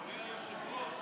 אכפת לך?